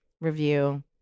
review